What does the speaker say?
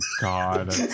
God